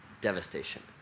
devastation